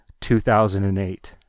2008